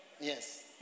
Yes